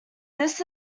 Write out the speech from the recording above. this